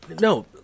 No